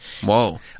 Whoa